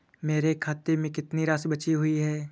मेरे खाते में कितनी राशि बची हुई है?